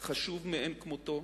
חשוב מאין כמותו,